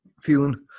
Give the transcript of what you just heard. Feeling